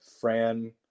Fran